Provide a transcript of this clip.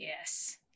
Yes